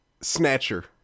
Snatcher